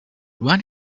when